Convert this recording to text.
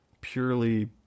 purely